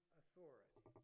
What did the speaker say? authority